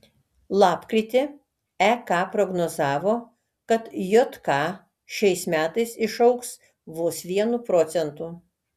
lapkritį ek prognozavo kad jk šiais metais išaugs vos vienu procentu